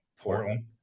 Portland